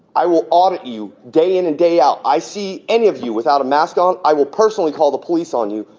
i will order you day in and day out. i see any of you without a mask on. i will personally call the police on you.